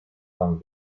pan